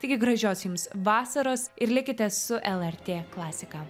taigi gražios jums vasaros ir likite su lrt klasika